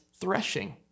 threshing